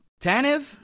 tanev